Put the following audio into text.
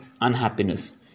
unhappiness